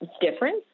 difference